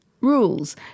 rules